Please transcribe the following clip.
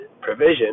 provision